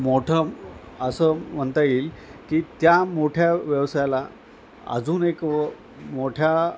मोठं असं म्हणता येईल की त्या मोठ्या व्यवसायाला अजून एक व मोठ्या